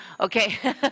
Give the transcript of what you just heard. Okay